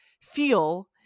feel